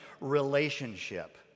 relationship